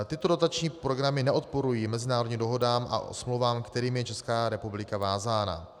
Tyto dotační programy neodporují mezinárodním dohodám a smlouvám, kterými je Česká republika vázána.